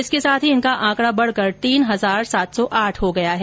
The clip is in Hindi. इसके साथ ही इनका आंकडा बढकर तीन हजार सात सौ आठ हो गया है